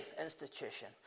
institution